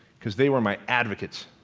because they were my advocates.